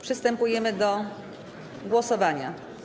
Przystępujemy do głosowania.